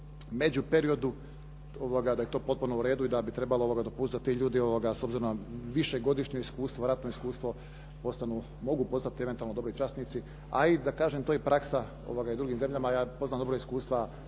međuperiodu da je to potpuno uredu i da bi trebalo dopustiti da ti ljudi, s obzirom na višegodišnje ratno iskustvo, mogu postati eventualno dobri časnici. A i da kažem to da je praksa i u drugim zemljama. Ja poznam dobro iskustva